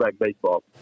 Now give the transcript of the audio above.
baseball